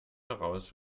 heraus